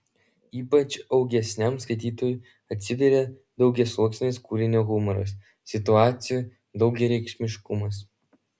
ypač augesniam skaitytojui atsiveria daugiasluoksnis kūrinio humoras situacijų daugiareikšmiškumas